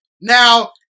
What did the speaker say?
Now